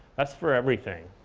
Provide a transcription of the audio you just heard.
that's for everything.